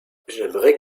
j’aimerais